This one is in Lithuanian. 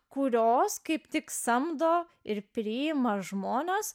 kurios kaip tik samdo ir priima žmones